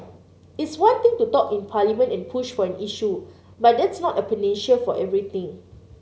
it's one thing to talk in Parliament and push for an issue but that's not a panacea for everything